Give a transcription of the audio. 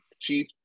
chief